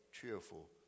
cheerful